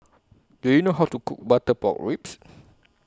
Do YOU know How to Cook Butter Pork Ribs